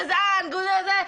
גזעני גו זה וזה...